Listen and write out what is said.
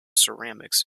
ceramics